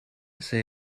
say